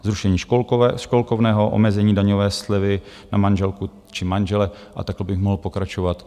Zrušení školkovného, omezení daňové slevy na manželku či manžela, a takhle bych mohl pokračovat.